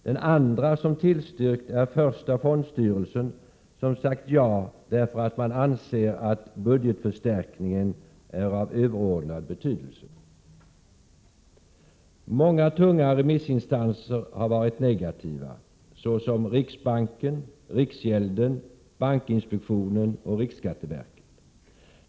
Den andra remissinstansen som har tillstyrkt är första fondstyrelsen som sagt ja därför att man anser att budgetförstärkningen är av överordnad betydelse. Många tunga remissinstanser har varit negativa såsom riksbanken, riksgälden, bankinspektionen och riksskatteverket.